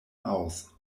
aus